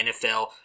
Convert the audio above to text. NFL